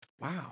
Wow